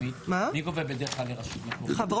מי גובה בדרך כלל לרשות המקומית?